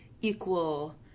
equal